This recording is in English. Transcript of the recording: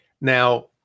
Now